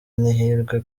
n’ihirwe